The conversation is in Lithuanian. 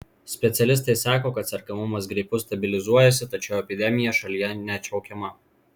specialistai sako kad sergamumas gripu stabilizuojasi tačiau epidemija šalyje neatšaukiama